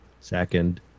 Second